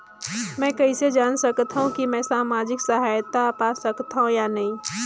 मै कइसे जान सकथव कि मैं समाजिक सहायता पा सकथव या नहीं?